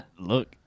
Look